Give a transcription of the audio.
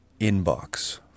inbox